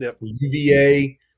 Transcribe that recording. UVA